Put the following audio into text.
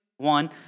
One